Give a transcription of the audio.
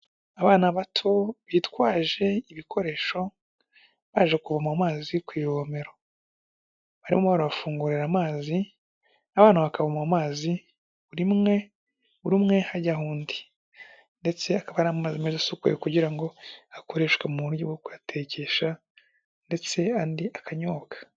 Abana bato bitwaje ibikoresho baje kuvoma amazi ku ivomero barimo barafungurira amazi abana bakavoma amazi buri umwe buri umwe hajya aho undi ndetse akaba ari amazi meza asukuye kugira ngo akoreshwe mu buryo bwo kuyatekesha ndetse andi akanyobwa.